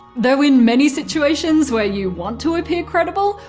though in many situations where you want to appear credible,